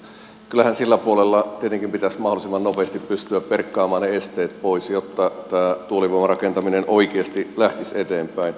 kyllähän sillä puolella tietenkin pitäisi mahdollisimman nopeasti pystyä perkaamaan ne esteet pois jotta tuulivoiman rakentaminen oikeasti lähtisi eteenpäin